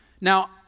Now